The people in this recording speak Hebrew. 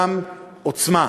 גם עוצמה.